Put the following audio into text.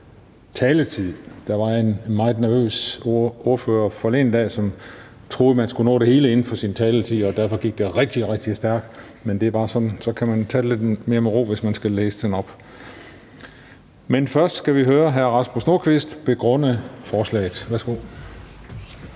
taletid. Der var en meget nervøs ordfører forleden dag, som troede, man skulle nå det hele inden for ens taletid, og derfor gik det rigtig, rigtig stærkt. Men man kan godt tage den lidt mere med ro, hvis man skal læse et forslag til vedtagelse op. Vi skal først høre hr. Rasmus Nordqvist begrunde forslaget. Værsgo.